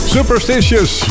Superstitious